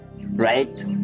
Right